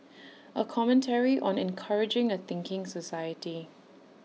A commentary on encouraging A thinking society